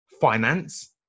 finance